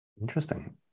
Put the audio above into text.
Interesting